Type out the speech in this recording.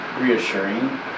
reassuring